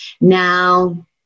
Now